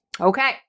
Okay